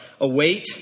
await